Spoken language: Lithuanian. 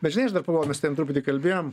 bet žinai aš dar pagalvojau mes ten truputį kalbėjom